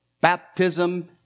baptism